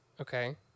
Okay